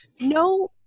no